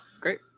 Great